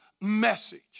message